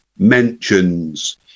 mentions